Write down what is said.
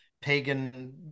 pagan